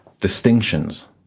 distinctions